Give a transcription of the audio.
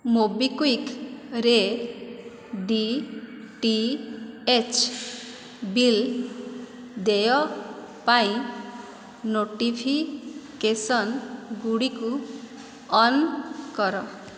ମୋବିକ୍ଵିକ୍ରେ DTH bill ଦେୟ ପାଇଁ ନୋଟିଫିକେସନ୍ଗୁଡ଼ିକୁ ଅନ୍ କର